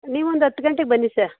ನೀವು ಒಂದು ಹತ್ತು ಗಂಟೆಗೆ ಬನ್ನಿ ಸ